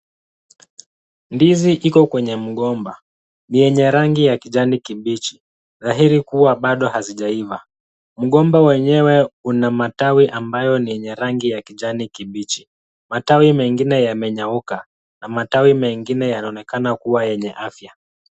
Ndizi iko kwenye mgomba, ni yenye rangi ya kijani kibichi, dhahiri kuwa bado hazijaiva. Mgomba wenyewe una matawi ambayo ni yenye rangi ya kijani kibichi. Matawi mengine yamenyauka na matawi mengine yanaonekana kuwa yenye afya.